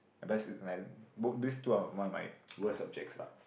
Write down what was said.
best is like both these two are one of my worst subjects lah